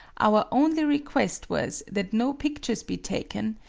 our only request was that no pictures be taken,